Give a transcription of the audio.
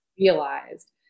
realized